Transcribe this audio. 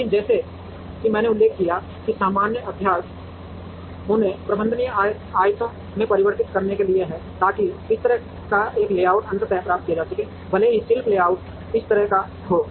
लेकिन जैसा कि मैंने उल्लेख किया है कि सामान्य अभ्यास उन्हें प्रबंधनीय आयतों में परिवर्तित करने के लिए है ताकि इस तरह का एक लेआउट अंततः प्राप्त किया जा सके भले ही शिल्प लेआउट इस तरह का हो